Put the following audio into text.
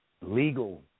legal